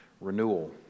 renewal